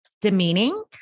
demeaning